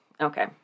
okay